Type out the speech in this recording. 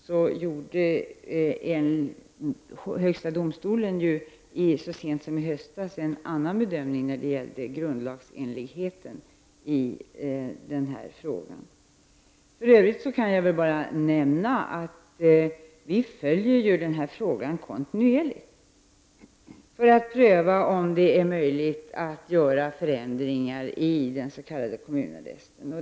Jag vill påpeka att högsta domstolen så sent som i höstas gjorde en annan bedömning när det gällde grundlagsenligheten i den här frågan. För övrigt kan jag nämna att vi följer frågan kontinuerligt för att pröva om det är möjligt att göra förändringar beträffande den s.k. kommunarresten.